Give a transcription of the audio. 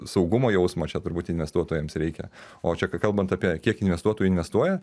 saugumo jausmo čia turbūt investuotojams reikia o čia kai kalbant apie kiek investuotojų investuoja